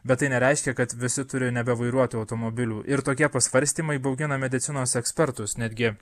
bet tai nereiškia kad visi turi nebevairuoti automobilių ir tokie pasvarstymai baugina medicinos ekspertus netgi